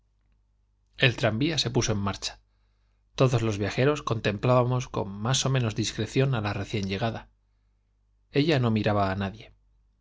el tranvía se puso en marcha todos los viajeros contemplábamos con más ó menos discreción á la recién llegada ella no miraba á nadie